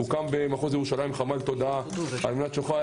במחוז ירושלים הוקם חמ"ל תודעה על מנת שנוכל